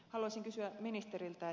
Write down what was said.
haluaisin kysyä ministeriltä